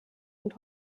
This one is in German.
und